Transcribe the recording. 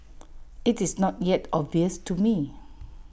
IT is not yet obvious to me